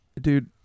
dude